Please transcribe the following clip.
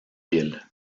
île